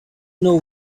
know